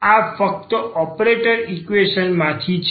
આ ફક્ત ઓપરેટરના ઈક્વેશન માંથી છે